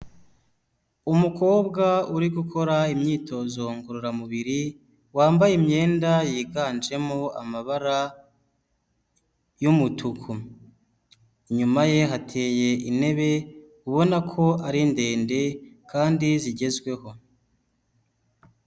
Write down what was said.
Umukobwa uri gukora imyitozo ngororamubiri wambaye imyenda yiganjemo amabara y'umutuku, inyuma ye hateye intebe ubona ko ari ndende kandi zigezweho.